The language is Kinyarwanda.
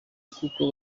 nk’uko